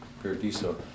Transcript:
Paradiso